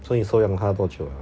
所以收养它多久